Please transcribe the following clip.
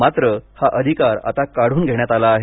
मात्र हा अधिकार आता काढून घेण्यात आला आहे